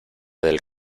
del